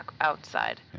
outside